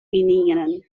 ynienen